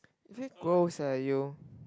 you very gross eh you